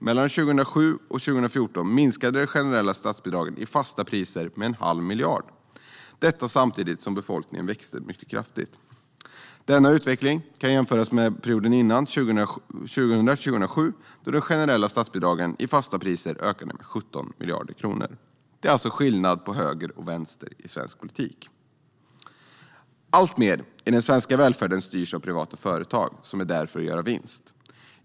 År 2007-2014 minskade de generella statsbidragen i fasta priser med en halv miljard - detta samtidigt som befolkningen växte mycket kraftigt. Denna utveckling kan jämföras med perioden innan, 2000-2007, då de generella statsbidragen i fasta priser ökade med 17 miljarder kronor. Det är alltså skillnad på höger och vänster i svensk politik. Alltmer i den svenska välfärden styrs av privata företag som är där för att göra vinst.